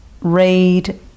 read